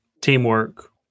teamwork